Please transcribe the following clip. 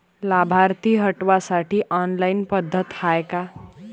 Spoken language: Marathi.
लाभार्थी हटवासाठी ऑनलाईन पद्धत हाय का?